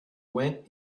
went